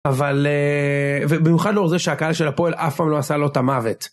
אבל במיוחד לאור זה שהקהל של הפועל אף פעם לא עשה לו את המוות.